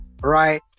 Right